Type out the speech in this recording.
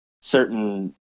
certain